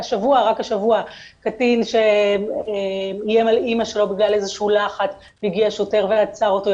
רק השבוע קטין שאיים על אימא שלו בגלל איזשהו לחץ הגיע שוטר ועצר אותו,